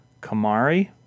Kamari